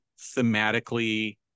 thematically